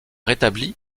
rétabli